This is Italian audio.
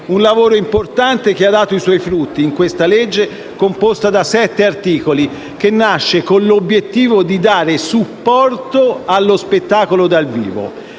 Un lavoro importante che ha dato i suoi frutti, in questo disegno di legge composto da sette articoli, che nasce con l'obiettivo di dare supporto allo spettacolo dal vivo,